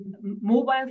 mobile